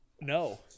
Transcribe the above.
No